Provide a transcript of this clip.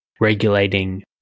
regulating